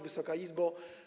Wysoka Izbo!